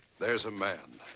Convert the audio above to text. there's a man.